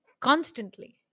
Constantly